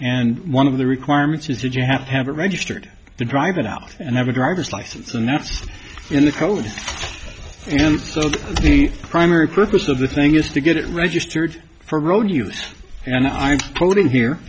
and one of the requirements is that you have to have a registered to drive it out and have a driver's license and that's in the code and so the primary purpose of the thing is to get it registered for road use and i'm quoting here